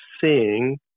seeing